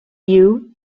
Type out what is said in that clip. you